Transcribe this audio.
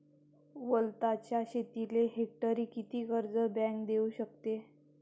वलताच्या शेतीले हेक्टरी किती कर्ज बँक देऊ शकते?